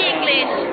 English